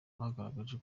bagaragaje